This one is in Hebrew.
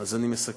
אז אני מסכם.